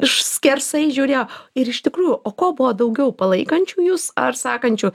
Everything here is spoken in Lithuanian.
išskersai žiūrėjo ir iš tikrųjų o ko buvo daugiau palaikančių jus ar sakančių